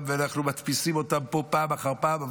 ואנחנו מדפיסים אותן פה פעם אחר פעם.